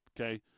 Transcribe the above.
Okay